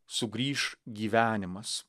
sugrįš gyvenimas